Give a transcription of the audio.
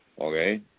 Okay